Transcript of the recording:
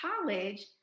college